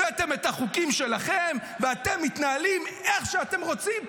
הבאתם את החוקים שלכם ואתם מתנהלים איך שאתם רוצים פה.